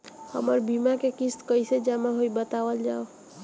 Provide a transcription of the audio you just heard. हमर बीमा के किस्त कइसे जमा होई बतावल जाओ?